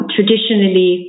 Traditionally